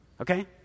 okay